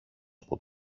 από